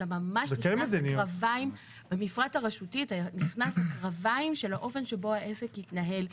אתה ממש נכנס לקרביים של האופן שבו העסק מתנהל.